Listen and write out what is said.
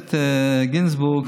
הכנסת גינזבורג,